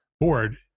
board